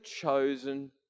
chosen